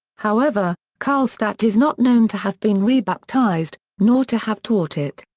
however, karlstadt is not known to have been rebaptized, nor to have taught it.